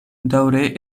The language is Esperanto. daŭre